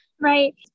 Right